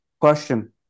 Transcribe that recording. Question